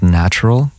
natural